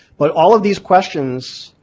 but all of these questions,